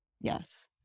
Yes